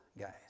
guys